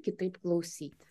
kitaip klausyti